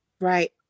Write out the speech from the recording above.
Right